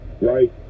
right